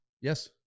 Yes